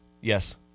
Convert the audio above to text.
Yes